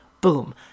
boom